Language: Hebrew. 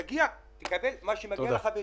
תגיע תקבל מה שמגיע לך בהתאם.